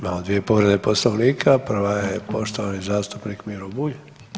Imamo dvije povrede Poslovnika, prva je poštovani zastupnik Miro Bulj.